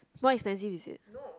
more expensive is it